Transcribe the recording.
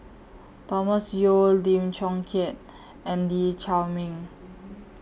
Thomas Yeo Lim Chong Keat and Lee Chiaw Meng